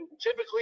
typically